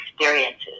experiences